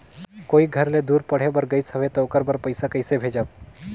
कोई घर ले दूर पढ़े बर गाईस हवे तो ओकर बर पइसा कइसे भेजब?